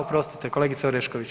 Oprostite, kolegica Orešković.